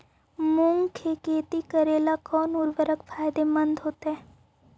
मुंग के खेती करेला कौन उर्वरक फायदेमंद होतइ?